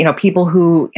you know people who,